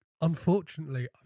unfortunately